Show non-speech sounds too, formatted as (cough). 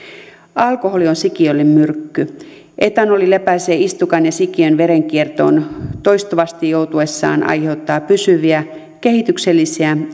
alkoholi on sikiölle myrkky etanoli läpäisee istukan ja sikiön verenkiertoon toistuvasti joutuessaan aiheuttaa pysyviä kehityksellisiä (unintelligible)